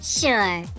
sure